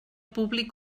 públic